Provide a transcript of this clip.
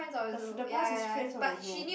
the f~ the pass is Friends of the Zoo